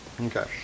Okay